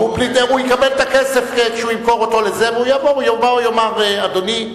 הוא יקבל את הכסף כשהוא ימכור והוא יבוא ויאמר: אדוני,